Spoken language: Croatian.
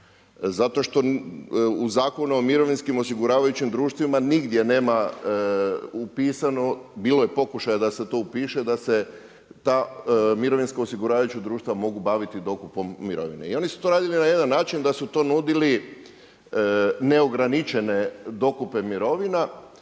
zato što u Zakonu o mirovinskim osiguravajućim društvima nigdje nema upisano, bilo je pokušaja da se to upiše, da se ta mirovinska osiguravaju društva mogu baviti dokupom mirovine. I oni su to radili na jedan način da su to nudili neograničene dokupe mirovina,